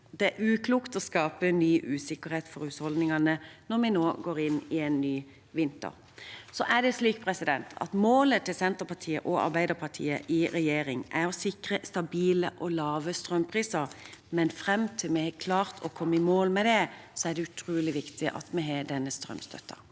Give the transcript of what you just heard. det er uklokt å skape ny usikkerhet for husholdningene når vi nå går inn i en ny vinter. Målet til Senterpartiet og Arbeiderpartiet i regjering er å sikre stabile og lave strømpriser, men fram til vi har klart å komme i mål med det, er det utrolig viktig at vi har denne strømstøtten.